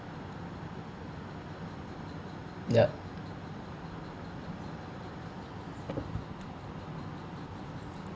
yup